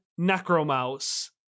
necromouse